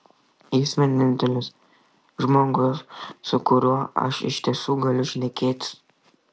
jis vienintelis žmogus su kuriuo aš iš tiesų galiu šnekėtis